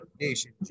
Nation